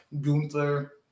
Gunther